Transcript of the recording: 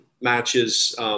matches